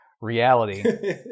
reality